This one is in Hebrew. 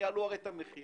זו הייתה בעיה אחת.